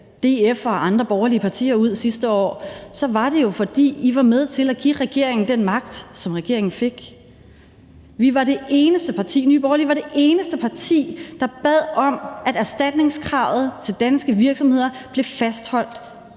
DF og andre borgerlige partier ud sidste år, var det jo, fordi I var med til at give regeringen den magt, som regeringen fik. Nye Borgerlige var det eneste parti, der bad om, at erstatningskravet til danske virksomheder blev fastholdt,